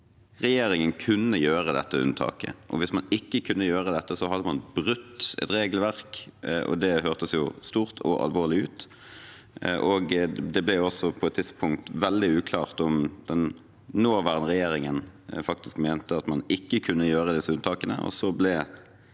regjeringen kunne gjøre dette unntaket, og at hvis man ikke kunne gjøre dette, hadde man brutt et regelverk. Det hørtes jo stort og alvorlig ut, og det ble også på et tidspunkt veldig uklart om den nåværende regjeringen faktisk mente at man ikke kunne gjøre disse unntakene. Det var det